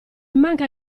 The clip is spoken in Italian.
manca